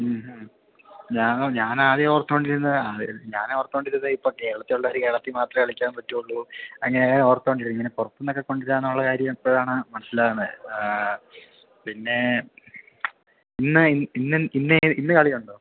മ് മ് ഞാൻ ആദ്യം ഓർത്തുകൊണ്ടിരുന്നത് അതെ ഞാൻ ഓർത്തുകൊണ്ടിരുന്നതേ ഇപ്പം കേരളത്തിൽ ഉള്ളവർ കേരളത്തിൽ മാത്രമേ കളിക്കാൻ പറ്റുള്ളു അങ്ങനയേ ഓർത്തുകൊണ്ടിരിക്കുന്നത് ഇങ്ങനെ പുറത്തുനിന്നൊക്കെ കൊണ്ടുവരാമെന്ന് ഉള്ള കാര്യം ഇപ്പോഴാണ് മനസ്സിലാവുന്നത് പിന്നെ ഇന്ന് കളി ഉണ്ടോ